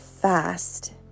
fast